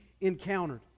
encountered